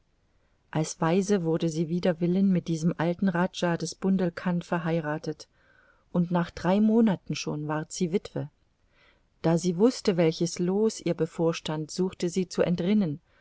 als waise wurde sie wider willen mit diesem alten rajah des bundelkund verheiratet und nach drei monaten schon ward sie witwe da sie wußte welches loos ihr bevorstand suchte sie zu entrinnen